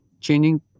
Changing